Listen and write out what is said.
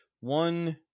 one